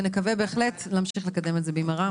ונקווה בהחלט להמשיך לקדם את זה במהרה.